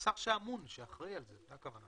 הכוונה